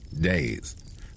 days